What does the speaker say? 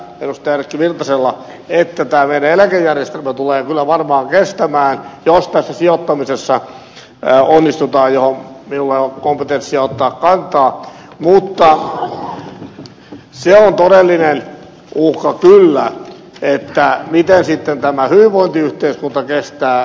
erkki virtasella siitä että tämä meidän eläkejärjestelmämme tulee kyllä varmaan kestämään jos tässä sijoittamisessa onnistutaan mihin minulla ei ole kompetenssia ottaa kantaa mutta se on todellinen uhka kyllä miten sitten tämä hyvinvointiyhteiskunta kestää tämän ikääntymisen